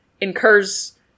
incurs